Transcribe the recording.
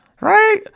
right